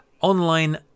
online